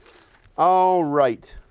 all right.